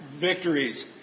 victories